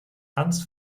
hans